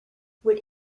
would